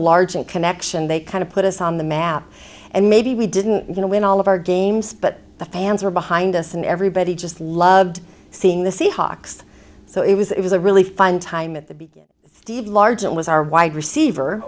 the largent connection they kind of put us on the map and maybe we didn't you know when all of our games but the fans were behind us and everybody just loved seeing the seahawks so it was it was a really fun time at the beach steve largent was our wide receiver